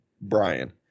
Brian